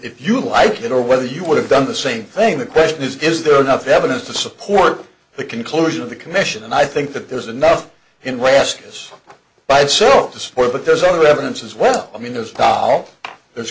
if you like it or whether you would have done the same thing the question is is there enough evidence to support the conclusion of the commission and i think that there's enough in west us by itself to sport but there's other evidence as well i mean